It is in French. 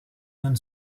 non